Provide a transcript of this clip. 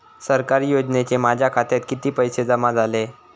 सरकारी योजनेचे माझ्या खात्यात किती पैसे जमा झाले?